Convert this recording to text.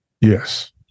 Yes